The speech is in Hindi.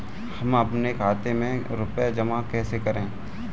हम अपने खाते में रुपए जमा कैसे करें?